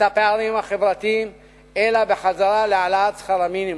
את הפערים החברתיים אלא בחזרה להעלאת שכר המינימום.